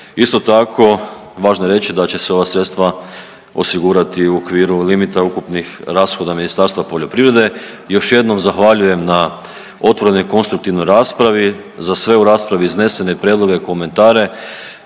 Isto tako važno je reći da će se ova sredstva osigurati u okviru limita ukupnih rashoda Ministarstva poljoprivrede i još jednom zahvaljujem na otvorenoj i konstruktivnoj raspravi, za sve u raspravi iznesene prijedloge i komentare,